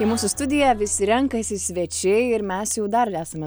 į mūsų studiją visi renkasi svečiai ir mes jau dar nesame